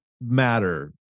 matter